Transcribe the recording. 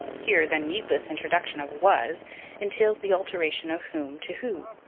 here the needless introduction of was entails the alteration of whom to who.